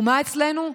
ומה אצלנו?